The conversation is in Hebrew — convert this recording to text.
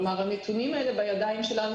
כלומר הנתונים האלה בידיים שלנו,